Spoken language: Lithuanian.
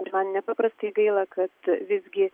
ir man nepaprastai gaila kad visgi